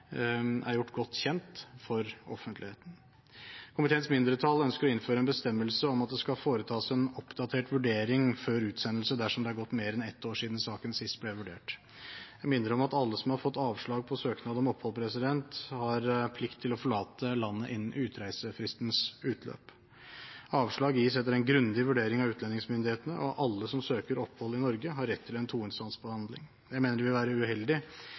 er gjort godt kjent for offentligheten. Komiteens mindretall ønsker å innføre en bestemmelse om at det skal foretas en oppdatert vurdering før utsendelse dersom det er gått mer enn ett år siden saken sist ble vurdert. Jeg minner om at alle som har fått avslag på søknad om opphold, har plikt til å forlate landet innen utreisefristens utløp. Avslag gis etter en grundig vurdering av utlendingsmyndighetene, og alle som søker opphold i Norge, har rett til en toinstansbehandling. Jeg mener det vil være uheldig